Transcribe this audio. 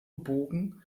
bogen